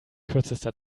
kürzester